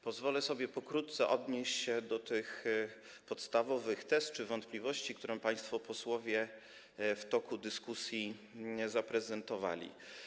Pozwolę sobie pokrótce odnieść się do tych podstawowych tez czy wątpliwości, które państwo posłowie w toku dyskusji zaprezentowali.